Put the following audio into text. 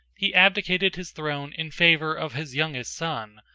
he abdicated his throne in favor of his youngest son,